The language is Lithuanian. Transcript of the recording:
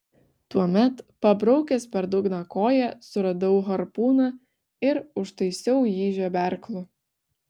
tuomet pabraukęs per dugną koja suradau harpūną ir užtaisiau jį žeberklu